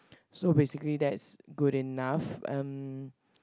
so basically that is good enough um